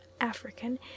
african